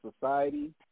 society